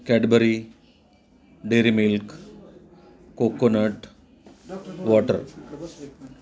Cadbury dairy milk coconut water